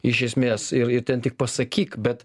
iš esmės ir ir ten tik pasakyk bet